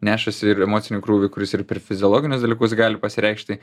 nešasi ir emocinį krūvį kuris ir per fiziologinius dalykus gali pasireikšti